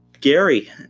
Gary